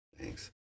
thanks